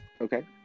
Okay